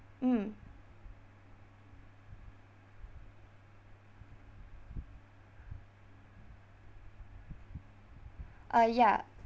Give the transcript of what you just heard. mm uh ya